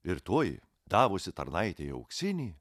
ir tuoj davusi tarnaitei auksinį